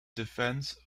defence